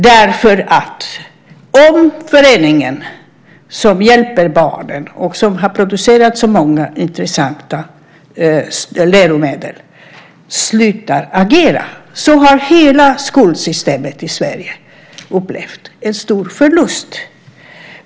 Om denna förening, som hjälper barnen och som har producerat så många intressanta läromedel, slutar agera har hela skolsystemet i Sverige upplevt en stor förlust.